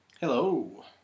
Hello